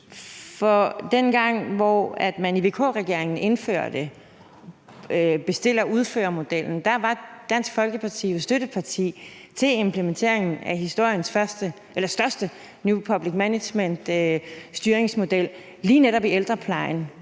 for dengang man i VK-regeringen indførte bestil og udfør-modellen, var Dansk Folkeparti jo støtteparti i implementeringen af historiens største new public management-styringsmodel lige netop i ældreplejen.